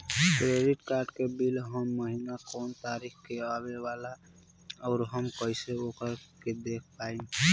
Credit card के bill हर महीना कौना तारीक के आवेला और आउर हम कइसे ओकरा के देख पाएम?